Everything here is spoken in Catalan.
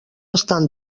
estan